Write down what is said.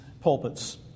pulpits